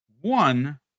One